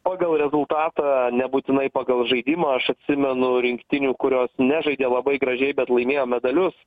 pagal rezultatą nebūtinai pagal žaidimą aš atsimenu rinktinių kurios nežaidė labai gražiai bet laimėjo medalius